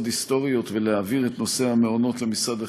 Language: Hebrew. היסטוריות ולהעביר את נושא המעונות למשרד החינוך.